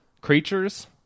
creatures